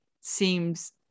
seems